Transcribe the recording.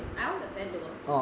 I go refill water